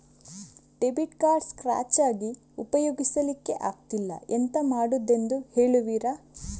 Debit card scratch ಆಗಿ ಉಪಯೋಗಿಸಲ್ಲಿಕ್ಕೆ ಆಗ್ತಿಲ್ಲ, ಎಂತ ಮಾಡುದೆಂದು ಹೇಳುವಿರಾ?